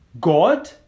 God